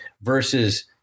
versus